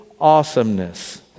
awesomeness